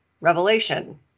Revelation